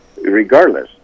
regardless